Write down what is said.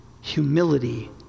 Humility